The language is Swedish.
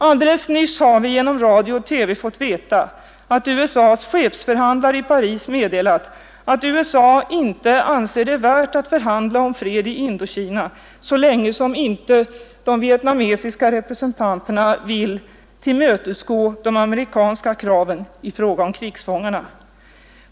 Alldeles nyss har vi genom radio och TV fått veta att USA:s chefförhandlare i Paris meddelat att USA inte anser det värt att förhandla om fred i Indokina så länge inte de vietnamesiska representanterna vill tillmötesgå de amerikanska kraven i fråga om krigsfångarna.